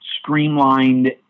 streamlined